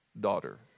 daughter